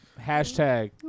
Hashtag